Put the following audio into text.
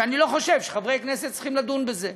ואני לא חושב שחברי כנסת צריכים לדון בזה.